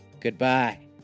Goodbye